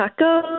Tacos